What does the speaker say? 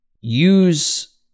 use